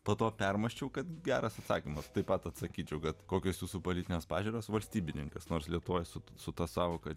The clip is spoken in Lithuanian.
po to permąsčiau kad geras atsakymas taip pat atsakyčiau kad kokios jūsų politinės pažiūros valstybininkas nors lietuvoje esu su ta sąvoka